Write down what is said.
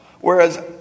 Whereas